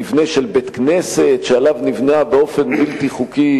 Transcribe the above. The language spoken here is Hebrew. מבנה של בית-כנסת שעליו נבנתה בנייה באופן בלתי חוקי.